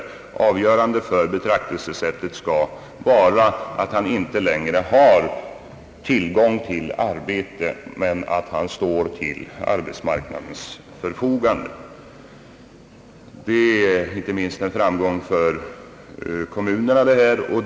Avgörande för betraktelsesättet skall vara, att han inte längre har tillgång till arbete men att han står till arbetsmarknadens förfogande. Detta är inte minst en framgång för kommunerna.